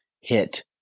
hit